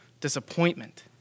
disappointment